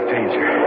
Danger